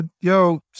yo